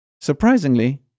Surprisingly